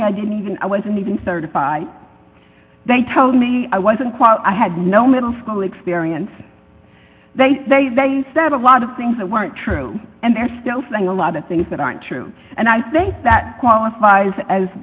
me i didn't even i wasn't even certified they told me i wasn't quite i had no middle school experience they they they instead a lot of things that weren't true and they're still saying a lot of things that aren't true and i think that qualifies as